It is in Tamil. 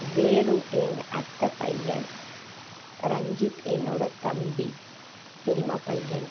வேலு எங்கள் அத்தை பையன் ரஞ்சித் என்னோட தம்பி பெரியம்மா பையன்